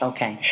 Okay